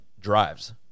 drives